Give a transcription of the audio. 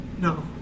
No